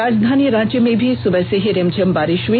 राजधानी रांची में भी सुबह से ही रिमझिम बारिष हुई